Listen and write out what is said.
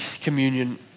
communion